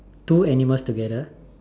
two animals together